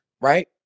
right